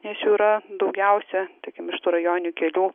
nes jų yra daugiausia iš tų rajoninių kelių